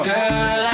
Girl